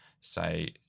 say